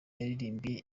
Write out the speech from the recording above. yaririmbiye